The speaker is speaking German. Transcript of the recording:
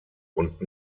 und